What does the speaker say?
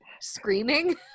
screaming